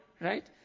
right